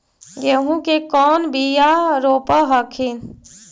गेहूं के कौन बियाह रोप हखिन?